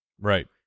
Right